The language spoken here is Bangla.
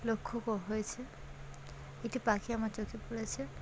লক্ষ্য হয়েছে এটি পাখি আমার চোখে পড়েছে